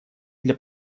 для